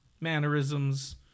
mannerisms